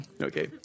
Okay